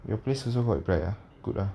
your place also not bad ah good ah